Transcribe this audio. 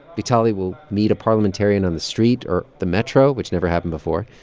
vitaly will meet a parliamentarian on the street or the metro, which never happened before.